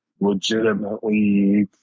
legitimately